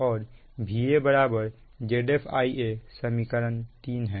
और Va Zf Ia समीकरण 3 है